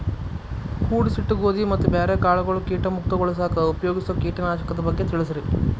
ಕೂಡಿಸಿಟ್ಟ ಗೋಧಿ ಮತ್ತ ಬ್ಯಾರೆ ಕಾಳಗೊಳ್ ಕೇಟ ಮುಕ್ತಗೋಳಿಸಾಕ್ ಉಪಯೋಗಿಸೋ ಕೇಟನಾಶಕದ ಬಗ್ಗೆ ತಿಳಸ್ರಿ